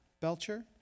Belcher